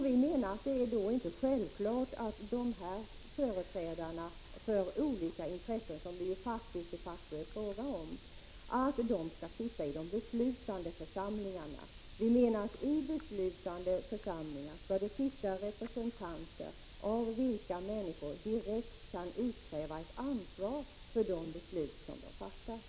Vi menar att det då inte är givet att företrädarna för olika intressen, som det de facto är fråga om, skall sitta i de beslutande församlingarna. Vi menar, att i beslutande församlingar skall sitta representanter av vilka människor direkt kan utkräva ett ansvar för de beslut som dessa fattar.